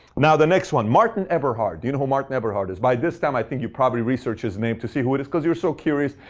now, the next one. martin eberhard. do you know who martin eberhard is? by this time, i think you probably researched his name to see who it is because you're so curious,